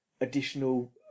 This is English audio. additional